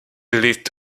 list